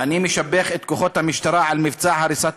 "אני משבח את כוחות המשטרה על מבצע הריסת